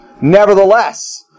Nevertheless